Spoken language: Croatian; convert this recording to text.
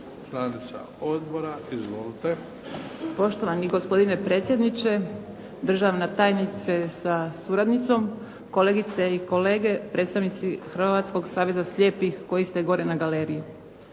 Vesna (SDP)** Poštovani gospodine predsjedniče, državna tajnice sa suradnicom, kolegice i kolege, predstavnici Hrvatskog saveza slijepih koji ste gore na Galeriji.